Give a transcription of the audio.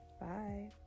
Bye